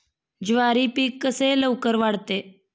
ज्वारी पीक कसे लवकर वाढते?